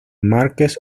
marquess